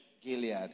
Gilead